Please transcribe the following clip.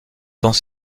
temps